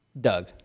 doug